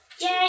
Yay